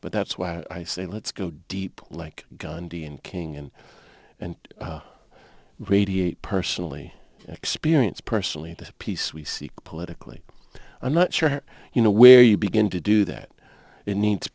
but that's why i say let's go deep like gandhi and king and and radiate personally experience personally the peace we seek politically i'm not sure you know where you begin to do that it needs